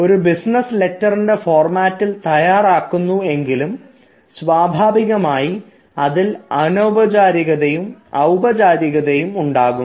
ഒരു ബിസിനസ് ലെറ്ററിൻറെ ഫോർമാറ്റിൽ തയ്യാറാക്കുന്നു എങ്കിലും സ്വാഭാവികമായി അതിൽ അനൌപചാരികതയും ഔപചാരികതയും ഉണ്ടാകും